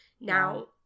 Now